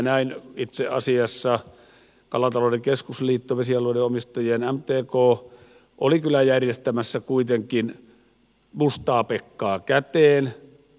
näin itse asiassa kalatalouden keskusliitto vesialueiden omistajien mtk oli kyllä järjestämässä kuitenkin mustaapekkaa käteen